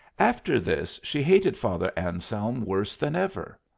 after this, she hated father anselm worse than ever.